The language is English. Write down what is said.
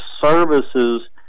services